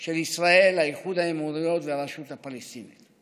של ישראל, איחוד האמירויות והרשות הפלסטינית.